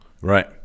right